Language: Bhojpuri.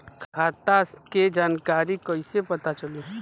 खाता के जानकारी कइसे पता चली?